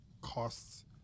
costs